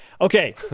Okay